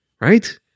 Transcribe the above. Right